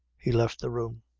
he left the room.